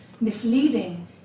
misleading